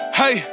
hey